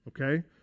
okay